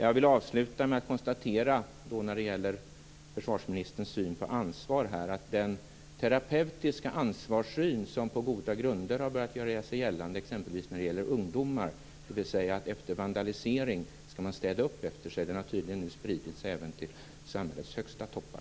När det gäller försvarsministerns syn på ansvar vill jag avsluta med att konstatera att den terapeutiska ansvarssyn som på goda grunder har börjat göra sig gällande exempelvis för ungdomar, dvs. att man efter vandalisering skall städa upp efter sig, tydligen nu har spridit sig även till samhällets högsta toppar.